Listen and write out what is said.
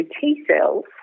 T-cells